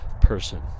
person